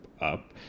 up